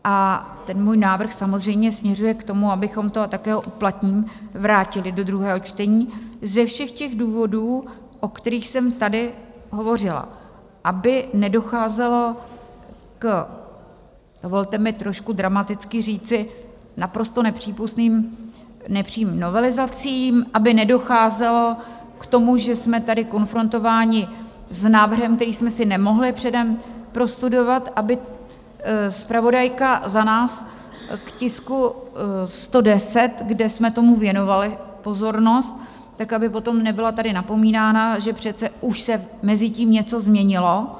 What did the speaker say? A ten můj návrh samozřejmě směřuje k tomu, abychom to a také ho uplatním vrátili do druhého čtení, ze všech důvodů, o kterých jsem tady hovořila, aby nedocházelo k dovolte mi trošku dramaticky říci naprosto nepřípustným, nepřímým novelizacím, aby nedocházelo k tomu, že jsme tady konfrontováni s návrhem, který jsme si nemohli předem prostudovat, aby zpravodajka za nás k tisku 110, kde jsme tomu věnovali pozornost, aby potom nebyla tady napomínána, že přece už se mezitím něco změnilo.